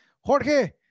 Jorge